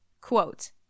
quote